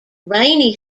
rainy